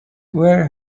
where